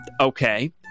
okay